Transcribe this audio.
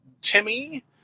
Timmy